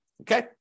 okay